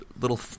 little